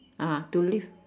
ah to live